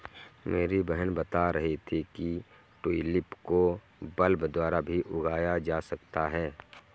मेरी बहन बता रही थी कि ट्यूलिप को बल्ब द्वारा भी उगाया जा सकता है